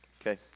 Okay